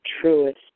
truest